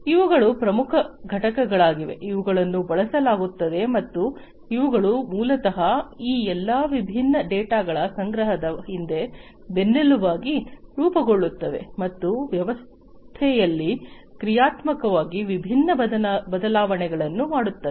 ಇವುಗಳು ಪ್ರಮುಖ ಘಟಕಗಳಾಗಿವೆ ಇವುಗಳನ್ನು ಬಳಸಲಾಗುತ್ತದೆ ಮತ್ತು ಇವುಗಳು ಮೂಲತಃ ಈ ಎಲ್ಲಾ ವಿಭಿನ್ನ ಡೇಟಾಗಳ ಸಂಗ್ರಹದ ಹಿಂದೆ ಬೆನ್ನೆಲುಬಾಗಿ ರೂಪುಗೊಳ್ಳುತ್ತವೆ ಮತ್ತು ವ್ಯವಸ್ಥೆಯಲ್ಲಿ ಕ್ರಿಯಾತ್ಮಕವಾಗಿ ವಿಭಿನ್ನ ಬದಲಾವಣೆಗಳನ್ನು ಮಾಡುತ್ತವೆ